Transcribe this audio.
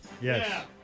Yes